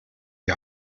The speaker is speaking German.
die